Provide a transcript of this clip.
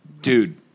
Dude